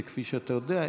וכפי שאתה יודע,